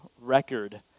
record